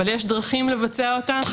אבל יש דרכים לבצע אותה.